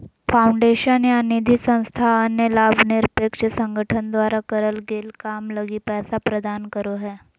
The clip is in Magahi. फाउंडेशन या निधिसंस्था अन्य लाभ निरपेक्ष संगठन द्वारा करल गेल काम लगी पैसा प्रदान करो हय